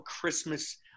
Christmas